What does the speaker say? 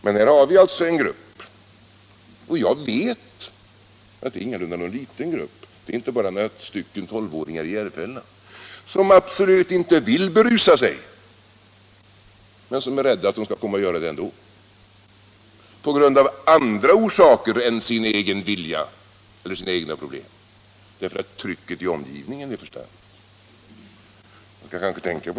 Men här har vi en grupp — och jag vet att det ingalunda är någon liten grupp, inte bara några 12 åringar i Järfälla — som absolut inte vill berusa sig, men som är rädda för att de kommer att göra det ändå av andra orsaker än sin egen vilja och sina egna problem, därför att trycket i omgivningen är för starkt.